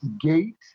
gate